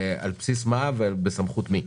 על בסיס מה ובסמכות של מי.